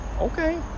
okay